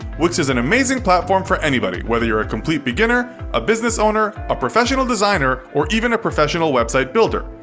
wix is an amazing platform for anybody, whether you're a complete beginner, a business owner, a professional designer, or even a professional website builder.